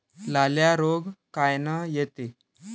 लाल्या रोग कायनं येते?